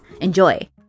Enjoy